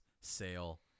sale